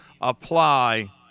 apply